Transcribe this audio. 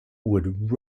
would